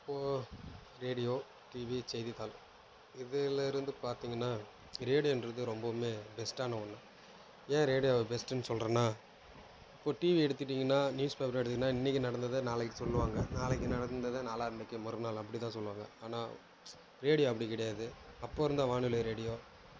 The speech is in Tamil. இப்போது ரேடியோ டிவி செய்தித்தாள் இதுலேருந்து பார்த்தீங்கன்னா ரேடியோன்றது ரொம்பவுமே பெஸ்ட்டான ஒன்று ஏன் ரேடியோவை பெஸ்ட்டுன்னு சொல்றேன்னா இப்போ டிவி எடுத்துக்கிட்டிங்கன்னா நியூஸ்பேப்பர் எடுத்துக்கிட்டிங்கன்னா இன்றைக்கி நடந்ததை நாளைக்கு சொல்லுவாங்க நாளைக்கு என்ன நடந்ததை நாளானைக்கி மறுநாள் அப்படிதான் சொல்லுவாங்க ஆனால் ரேடியோ அப்படி கிடையாது அப்போ இருந்த வானிலை ரேடியோ